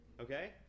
Okay